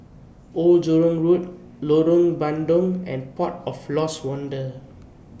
Old Jurong Road Lorong Bandang and Port of Lost Wonder